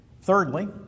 Thirdly